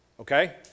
Okay